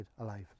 alive